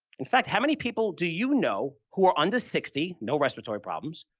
in fact, how many people do you know who are under sixty, no respiratory problems,